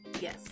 Yes